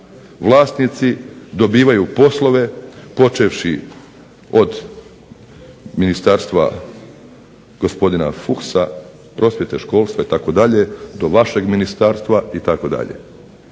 vlasnici dobivaju poslove počevši od ministarstva gospodina Fuchsa prosvjete, školstva itd. do vašeg ministarstva itd.